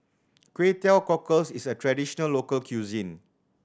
Kway Teow Cockles is a traditional local cuisine